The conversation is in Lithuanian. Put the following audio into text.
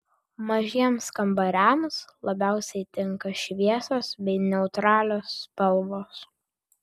mažiems kambariams labiausiai tinka šviesios bei neutralios spalvos